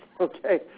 Okay